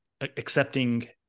accepting